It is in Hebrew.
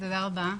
תודה רבה.